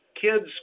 kids